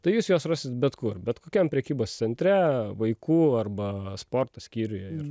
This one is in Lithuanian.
tai jūs juos rasit bet kur bet kokiam prekybos centre vaikų arba sporto skyriuje ir